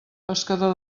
pescador